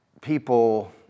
people